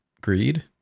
greed